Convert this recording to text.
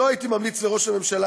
לא הייתי ממליץ לראש הממשלה,